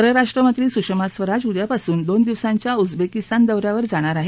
परराष्ट्रमंत्री सुषमा स्वराज उद्यापासून दोन दिवसांच्या उजबेकिस्तान दौऱ्यावर जाणार आहेत